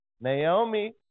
Naomi